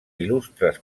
il·lustres